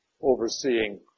overseeing